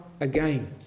again